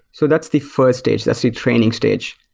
so that's the first stage. that's the training stage.